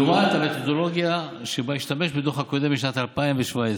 לעומת המתודולוגיה שבה השתמש בדוח הקודם משנת 2017,